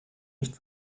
nicht